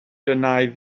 deny